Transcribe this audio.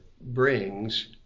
brings